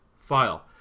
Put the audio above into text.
file